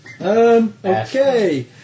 Okay